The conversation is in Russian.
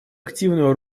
активную